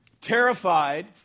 Terrified